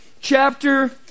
chapter